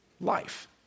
life